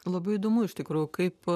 labai įdomu iš tikrųjų kaip